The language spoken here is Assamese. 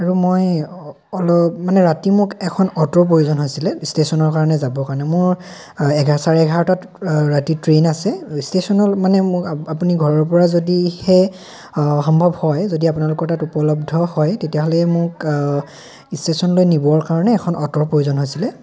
আৰু মই অলপ মানে ৰাতি মোক এখন অ'টোৰ প্ৰয়োজন হৈছিলে ষ্টেচনৰ কাৰণে যাব কাৰণে মোৰ এঘা চাৰে এঘাৰটাত ৰাতি ট্ৰেইন আছে ষ্টেচনৰ মানে মোক আপুনি ঘৰৰপৰা যদিহে সম্ভৱ হয় যদি আপোনালোকৰ তাত উপলব্ধ হয় তেতিয়াহ'লে মোক ষ্টেচনলৈ নিবৰ কাৰণে এখন অ'টৰ প্ৰয়োজন হৈছিলে